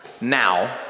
now